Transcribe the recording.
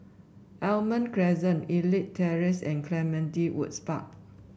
Almond Crescent Elite Terrace and Clementi Woods Park